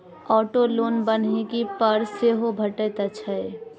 auto loan बन्हकी पर सेहो भेटैत छै